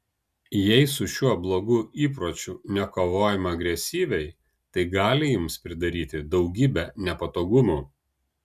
jei su šiuo blogu įpročiu nekovojama agresyviai tai gali jums pridaryti daugybę nepatogumų